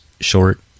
short